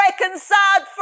reconciled